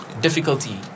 Difficulty